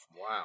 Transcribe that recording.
wow